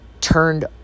turned